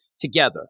together